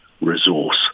resource